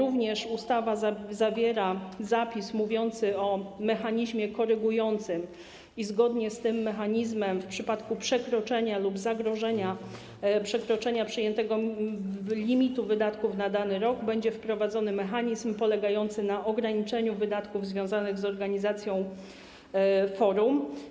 Ustawa zawiera również zapis mówiący o mechanizmie korygującym i zgodnie z tym mechanizmem w przypadku przekroczenia lub zagrożenia przekroczeniem przyjętego limitu wydatków na dany rok będzie wprowadzony mechanizm polegający na ograniczeniu wydatków związanych z organizacją forum.